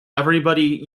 everybody